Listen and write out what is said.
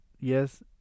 yes